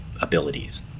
abilities